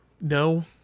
No